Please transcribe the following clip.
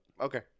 okay